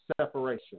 separation